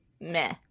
Meh